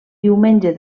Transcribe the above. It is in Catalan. diumenge